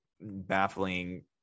baffling